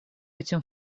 этим